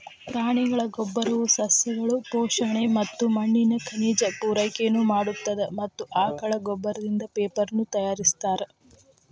ಪ್ರಾಣಿಗಳ ಗೋಬ್ಬರವು ಸಸ್ಯಗಳು ಪೋಷಣೆ ಮತ್ತ ಮಣ್ಣಿನ ಖನಿಜ ಪೂರೈಕೆನು ಮಾಡತ್ತದ ಮತ್ತ ಆಕಳ ಗೋಬ್ಬರದಿಂದ ಪೇಪರನು ತಯಾರಿಸ್ತಾರ